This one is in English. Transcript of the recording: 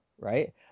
right